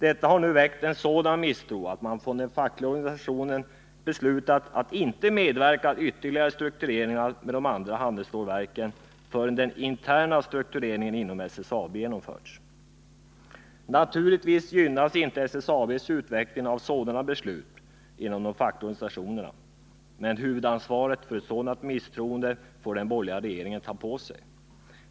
Detta har väckt en sådan misstro att man från den fackliga organisationen beslutat att inte medverka till ytterligare strukturåtgärder med de andra handelsstålverken förrän den interna struktureringen inom SSAB genomförts. Naturligtvis gynnas inte SSAB:s utveckling av sådana beslut inom de fackliga organisationerna, men huvudansvaret för ett sådant misstroende får den borgerliga regeringen ta på sig.